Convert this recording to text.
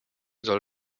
soll